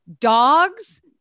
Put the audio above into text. Dogs